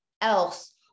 else